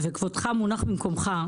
כבודך מונח במקומך.